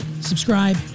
subscribe